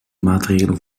maatregelen